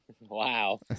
Wow